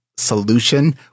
solution